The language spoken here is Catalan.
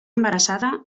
embarassada